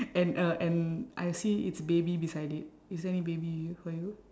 and a and I see its baby beside it is there any baby for you